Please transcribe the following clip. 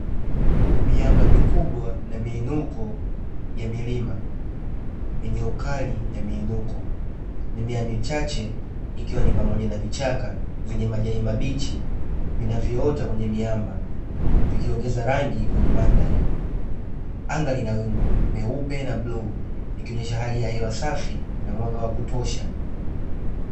Miamba mikubwa na miinuko ya milima, yenye ukali na miinuko. Mimea michache ikiwa ni pamoja na vichaka, vyenye majani mabichi vinavyoota kwenye miamba, vikiongeza rangi kwenye mandhari. Anga lina wingu meupe na bluu, ikionyesha hali ya hewa safi na mwanga wa kutosha.